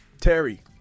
Terry